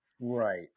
Right